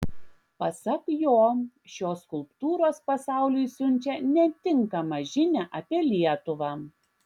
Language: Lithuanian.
pasak jo šios skulptūros pasauliui siunčia netinkamą žinią apie lietuvą